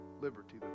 liberty